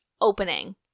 opening